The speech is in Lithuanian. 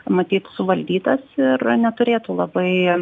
matyt suvaldytas ir neturėtų labai